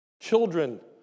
children